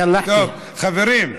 (אומר בערבית: יאללה, דבר.) חברים,